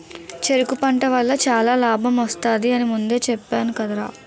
చెరకు పంట వల్ల చాలా లాభమొత్తది అని ముందే చెప్పేను కదరా?